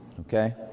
Okay